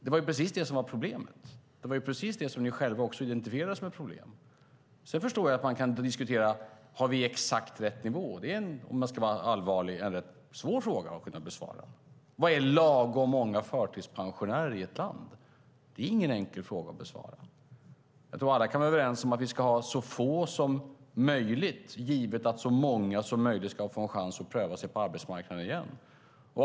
Det var precis det som var problemet, och det var precis det som ni själva också identifierade som ett problem. Sedan förstår jag att man kan diskutera om vi har exakt rätt nivå. Om man ska vara allvarlig är det en rätt svår fråga att besvara. Vad är lagom många förtidspensionärer i ett land? Det är ingen enkel fråga att besvara. Jag tror att alla kan vara överens om att vi ska ha så få som möjligt givet att så många som möjligt ska få en chans att pröva sig på arbetsmarknaden igen.